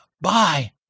Bye